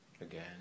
Again